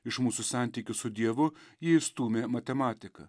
iš mūsų santykių su dievu ji išstūmė matematiką